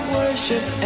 worship